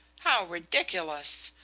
how ridiculous!